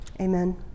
Amen